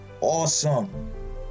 awesome